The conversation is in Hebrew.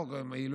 חוק על עילויים.